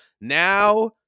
Now